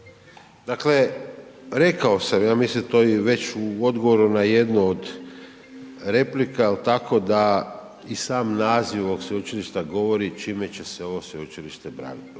Dakle, rekao sam, ja mislim to i već u odgovoru na jednu od replika, tako da i sam naziv ovog sveučilišta govori čime će se ovo sveučilište bavit,